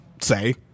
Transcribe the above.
say